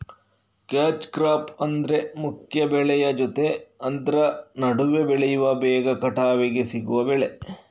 catch crop ಅಂದ್ರೆ ಮುಖ್ಯ ಬೆಳೆಯ ಜೊತೆ ಆದ್ರ ನಡುವೆ ಬೆಳೆಯುವ ಬೇಗ ಕಟಾವಿಗೆ ಸಿಗುವ ಬೆಳೆ